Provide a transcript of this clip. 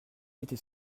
était